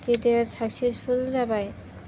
गेदेर साक्सेसफुल जाबाय